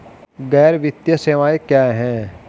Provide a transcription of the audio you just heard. गैर वित्तीय सेवाएं क्या हैं?